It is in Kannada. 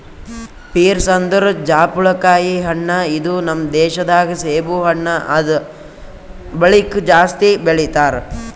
ಪೀರ್ಸ್ ಅಂದುರ್ ಜಾಪುಳಕಾಯಿ ಹಣ್ಣ ಇದು ನಮ್ ದೇಶ ದಾಗ್ ಸೇಬು ಹಣ್ಣ ಆದ್ ಬಳಕ್ ಜಾಸ್ತಿ ಬೆಳಿತಾರ್